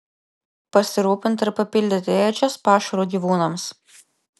pasirūpinta ir papildyti ėdžias pašaru gyvūnams